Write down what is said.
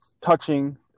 touching